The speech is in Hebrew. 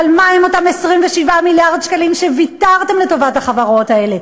אבל מה עם אותם 27 מיליארד שקלים שוויתרתם עליהם לטובת החברות האלה?